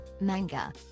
manga